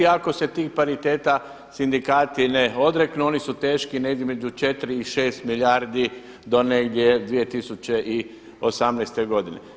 Ako se tih pariteti sindikati ne odreknu oni su teški negdje između 4 i 6 milijardi do negdje 2018. godine.